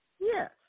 Yes